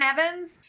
Evans